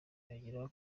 yongeyeho